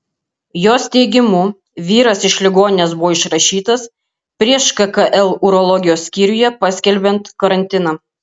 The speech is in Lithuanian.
jos teigimu vyras iš ligoninės buvo išrašytas prieš kkl urologijos skyriuje paskelbiant karantiną